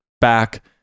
back